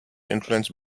influenced